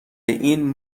این